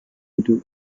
into